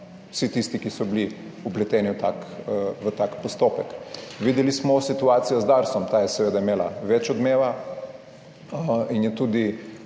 vsi tisti, ki so bili vpleteni v ta, v tak postopek. Videli smo situacijo z Darsom. Ta je seveda imela več odmeva in je tudi